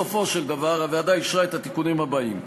בסופו של דבר, הוועדה אישרה את התיקונים הבאים: